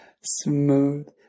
Smooth